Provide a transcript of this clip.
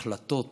החלטות